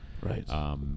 Right